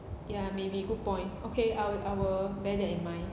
ya maybe good point okay I will I will bear that in mind